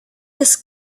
this